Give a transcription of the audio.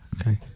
okay